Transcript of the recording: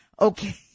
Okay